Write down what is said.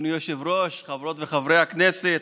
אדוני היושב-ראש, חברות וחברי הכנסת,